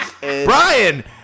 Brian